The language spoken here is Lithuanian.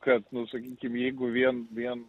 kad nu sakykim jeigu vien vien